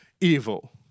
evil